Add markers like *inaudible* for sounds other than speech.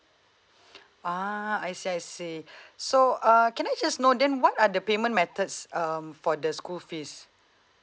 *breath* uh I see I see *breath* so uh can I just know then what are the payment methods um for the school fees